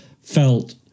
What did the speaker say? felt